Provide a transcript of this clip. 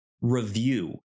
review